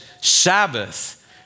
Sabbath